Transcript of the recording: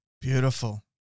Beautiful